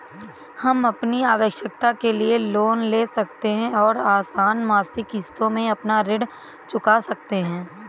हम अपनी आवश्कता के लिए लोन ले सकते है और आसन मासिक किश्तों में अपना ऋण चुका सकते है